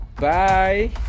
bye